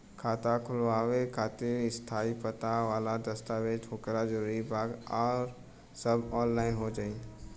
खाता खोलवावे खातिर स्थायी पता वाला दस्तावेज़ होखल जरूरी बा आ सब ऑनलाइन हो जाई?